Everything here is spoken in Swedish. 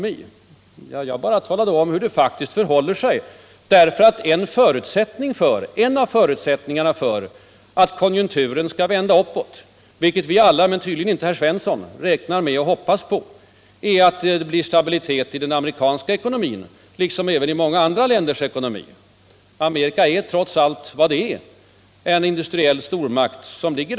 Men jag talade bara om hur det faktiskt förhåller sig, eftersom ju en av förutsättningarna för att konjunkturen skall vända uppåt — som alla vi andra men tydligen inte herr Svensson räknar med och hoppas på — är att det blir stabilitet i den amerikanska ekonomin och i många andra länders ekonomi. Trots allt är ju ändå Amerika vad det är, en industriell stormakt på andra sidan Atlanten.